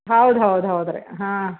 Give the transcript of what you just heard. ಹೌದು ಹೌದು ಹೌದು ರೀ ಹಾಂ